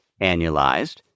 annualized